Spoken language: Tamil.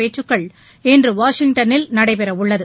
பேச்சுக்கள் இன்று வாஷிங்டனில் நடைபெறவுள்ளது